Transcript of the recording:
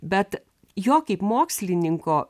bet jo kaip mokslininko